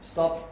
Stop